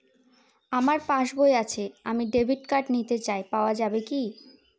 আমার পাসবই আছে আমি ডেবিট কার্ড নিতে চাই পাওয়া যাবে কি?